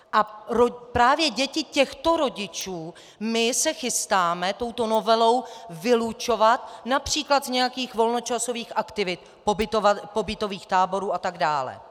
A právě děti těchto rodičů se chystáme touto novelou vylučovat například z nějakých volnočasových aktivit, pobytových táborů a tak dále.